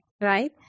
right